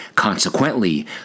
Consequently